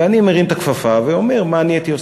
ואני מרים את הכפפה ואומר מה אני הייתי עושה.